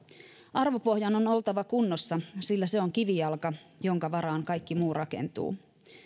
arvopohjan on oltava kunnossa sillä se on kivijalka jonka varaan kaikki muu rakentuu